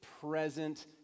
present